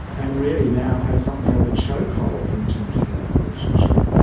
and really now has something of a chokehold in terms of that relationship.